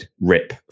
rip